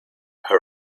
her